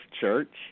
church